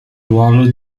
ruolo